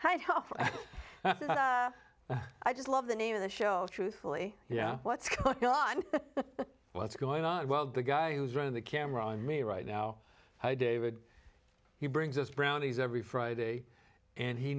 i just love the name of the shell truthfully yeah what's going on what's going on while the guy who is running the camera on me right now hi david he brings us brownies every friday and he